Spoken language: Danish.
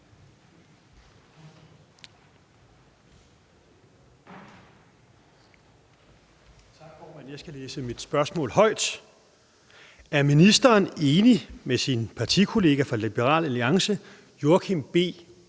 Prehn (S): Jeg skal læse mit spørgsmål højt: Er ministeren enig med sin partikollega fra Liberal Alliance, Joachim B.